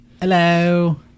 hello